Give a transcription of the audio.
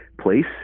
place